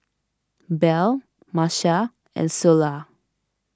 Bell Marcia and Ceola